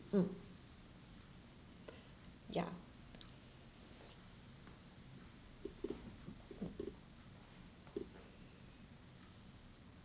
mm ya mm